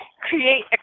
create